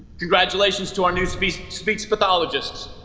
congratulations to our new speech speech pathologists